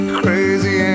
crazy